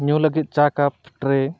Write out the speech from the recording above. ᱧᱩ ᱞᱟᱹᱜᱤᱫ ᱪᱟ ᱠᱟᱯ ᱴᱨᱮ